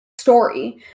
story